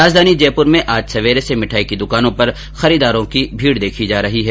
राजधानी जयप्र में आज सवेरे से मिठाई की द्वानों पर खरीददारों की भीड़ देखी जा रही है